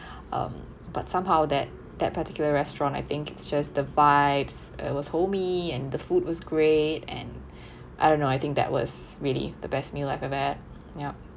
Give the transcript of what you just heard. um but somehow that that particular restaurant I think it's just the vibes it was homie and the food was great and I don't know I think that was really the best meal I've ever had yup